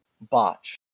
Botch